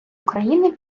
україни